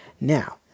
Now